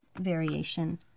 variation